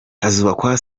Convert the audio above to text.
hazubakwa